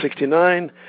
1969